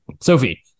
Sophie